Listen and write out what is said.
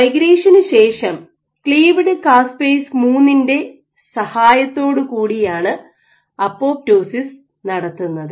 മൈഗ്രേഷനു ശേഷം cleaved caspase 3 ന്റെ സഹായത്തോടുകൂടിയാണ് അപ്പോപ്റ്റോസിസ് നടത്തുന്നത്